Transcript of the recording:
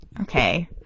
okay